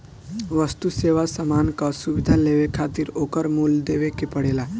वस्तु, सेवा, सामान कअ सुविधा लेवे खातिर ओकर मूल्य देवे के पड़ेला